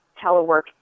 telework